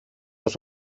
los